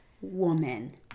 woman